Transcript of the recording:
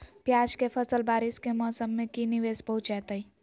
प्याज के फसल बारिस के मौसम में की निवेस पहुचैताई?